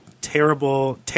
terrible